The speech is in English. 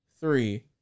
three